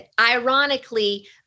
ironically